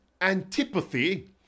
antipathy